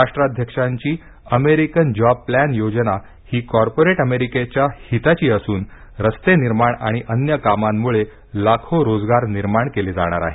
राष्ट्राध्यक्षांची American job plan योजना ही corporate अमेरिकेच्या हिताची असून रस्ते निर्माण आणि अन्य कामां मुळे लाखो रोजगार निर्माण केले जाणार आहेत